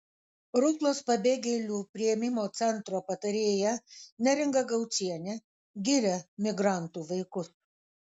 ruklos pabėgėlių priėmimo centro patarėja neringa gaučienė giria migrantų vaikus